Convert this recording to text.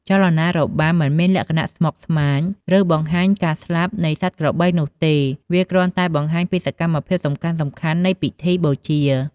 ចលនារបាំមិនមានលក្ខណៈស្មុគស្មាញ ឬបង្ហាញការស្លាប់នៃសត្វក្របីនោះទេ វាក្រាន់តែបង្ហាញពីសកម្មភាពសំខាន់ៗនៃពិធីបូជា។